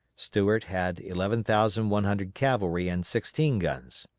stuart had eleven thousand one hundred cavalry and sixteen guns.